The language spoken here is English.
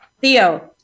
Theo